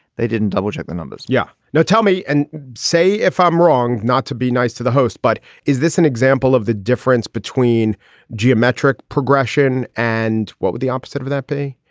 they didn't double check the numbers yeah now tell me and say if i'm wrong, not to be nice to the host, but is this an example of the difference between geometric progression and what would the opposite of that be?